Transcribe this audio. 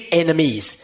enemies